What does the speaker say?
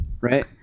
Right